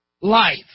life